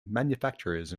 manufacturers